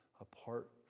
apart